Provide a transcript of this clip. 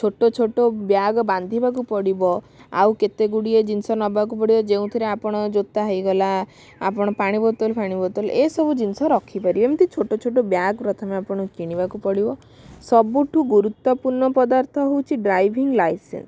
ଛୋଟ ଛୋଟ ବ୍ୟାଗ ବାନ୍ଧିବାକୁ ପଡ଼ିବ ଆଉ କେତେ ଗୁଡ଼ିଏ ଜିନିଷ ନେବାକୁ ପଡ଼ିବ ଯେଉଁଥିରେ ଆପଣ ଜୋତା ହେଇଗଲା ଆପଣ ପାଣିବୋତଲ୍ ଫାଣି ବୋତଲ ଏସବୁ ଜିନିଷ ରଖିପାରିବେ ଏମିତି ଛୋଟ ଛୋଟ ବ୍ୟାଗ ପ୍ରଥମେ ଆପଣ କିଣିବାକୁ ପଡ଼ିବ ସବୁଠୁ ଗୁରୁତ୍ବ ପୂର୍ଣ୍ଣ ପଦାର୍ଥ ହେଉଛି ଡ୍ରାଇଭିଂ ଲାଇସେନ୍ସ